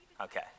Okay